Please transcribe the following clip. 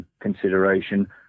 Consideration